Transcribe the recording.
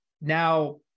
Now